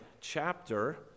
chapter